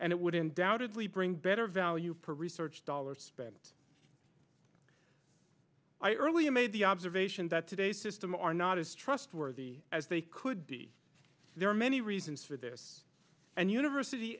and it would undoubtedly bring better value per research dollars spent i earlier made the observation that today's system are not as trustworthy as they could be there are many reasons for this and university